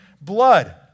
blood